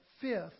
fifth